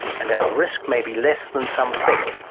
and our risk may be less than some think.